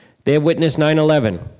they witnessed nine eleven,